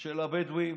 של הבדואים,